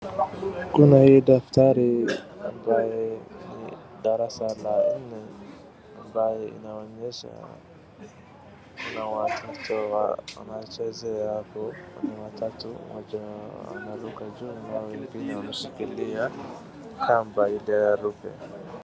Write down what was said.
Kuna hii daftari ambaye ni la darasa la nne ambaye inaonyesha kuna watoto wanachezea hapo ni watutu, mmoja anaruka juu na wawili wameshikilia kamba ili aruke.